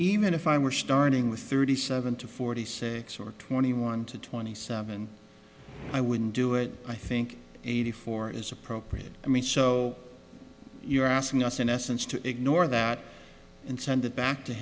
even if i were starting with thirty seven to forty six or twenty one to twenty seven i wouldn't do it i think eighty four is appropriate i mean so you're asking us in essence to ignore that and send it back to